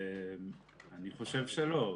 אני חושב שלא.